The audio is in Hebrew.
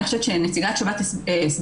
אני חושבת שנציגת שב"ס הסבירה,